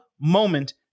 moment